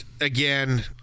again